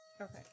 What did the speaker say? Okay